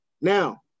Now